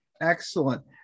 excellent